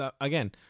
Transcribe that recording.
Again